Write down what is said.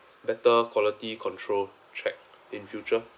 better quality control check in future